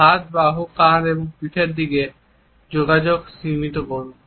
হাত বাহু কাঁধ এবং পিঠের সাথে যোগাযোগ সীমিত করুন